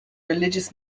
religious